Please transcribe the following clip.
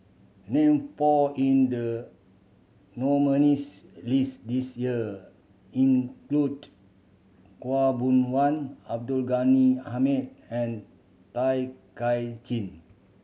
name four in the nominees' list this year include Khaw Boon Wan Abdul Ghani Hamid and Tay Kay Chin